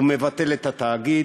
הוא מבטל את התאגיד.